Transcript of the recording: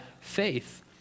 faith